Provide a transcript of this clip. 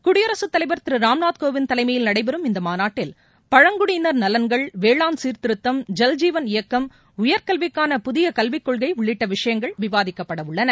குடியரசுத் தலைவர் திருராம்நாத் கோவிந்த் தலைமையில் நடைபெறும் இந்தமாநாட்டில் பழங்குடியினர் வேளாண் நலன்கள் சீர்திருத்தம் ஜல் ஜீவன் இயக்கம் உயர்கல்விக்கான புதியகல்விக்கொள்கைஉள்ளிட்டவிஷயங்கள் விவாதிக்கப்படவுள்ளன